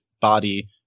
body